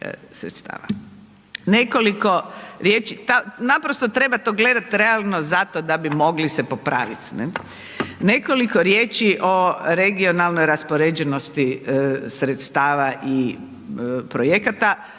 Nekoliko riječi, naprosto treba to gledati realno zato da bi mogli se popraviti. Nekoliko riječi o regionalnoj raspoređenosti sredstava i projekata.